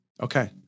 Okay